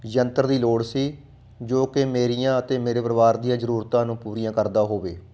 ਯੰਤਰ ਦੀ ਲੋੜ ਸੀ ਜੋ ਕਿ ਮੇਰੀਆਂ ਅਤੇ ਮੇਰੇ ਪਰਿਵਾਰ ਦੀਆਂ ਜ਼ਰੂਰਤਾਂ ਨੂੰ ਪੂਰੀਆਂ ਕਰਦਾ ਹੋਵੇ